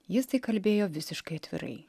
jis tai kalbėjo visiškai atvirai